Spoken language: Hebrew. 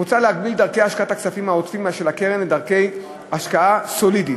מוצע להגביל את דרכי השקעת הכספים העודפים של הקרן לדרכי השקעה סולידית,